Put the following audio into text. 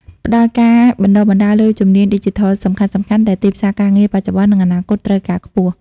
ផ្តល់ការបណ្តុះបណ្តាលលើជំនាញឌីជីថលសំខាន់ៗ ដែលទីផ្សារការងារបច្ចុប្បន្ន និងអនាគតត្រូវការខ្ពស់